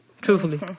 Truthfully